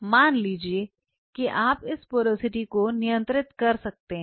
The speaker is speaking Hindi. मान लीजिए कि आप इस पोरोसिटी को नियंत्रित कर सकते हैं